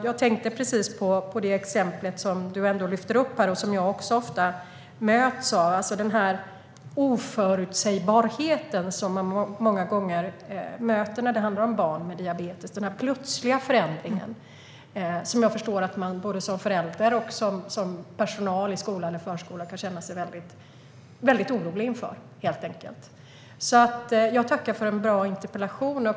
Jag tänkte på precis det exempel som Christina Örnebjär lyfte upp och som jag också möts av ofta: oförutsägbarheten, den plötsliga förändringen, som man många gånger möter när det handlar om barn med diabetes. Jag förstår att man kan känna sig väldigt orolig inför den, både som förälder och som personal i skola eller förskola. Jag tackar för en bra interpellation.